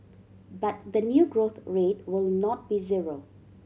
but the new growth rate will not be zero